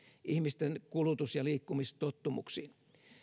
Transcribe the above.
ihmisten kulutus ja liikkumistottumuksiin